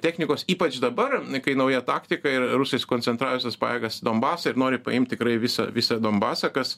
technikos ypač dabar kai nauja taktika ir rusai sukoncentravę visas pajėgas donbasą ir nori paimti tikrai visą visą donbasą kas